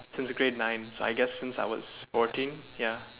since grade nine so I guess since I was fourteen ya